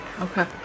Okay